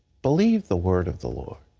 believe the word of the lord.